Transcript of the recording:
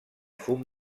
fum